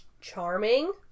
Charming